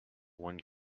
one